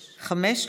חמש.